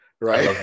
right